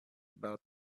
about